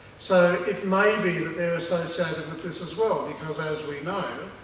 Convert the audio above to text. so it may be that they're associated with this as well. because as we know,